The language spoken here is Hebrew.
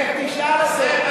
לך תשאל אותו.